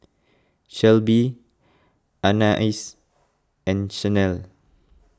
Shelby Anais and Chanelle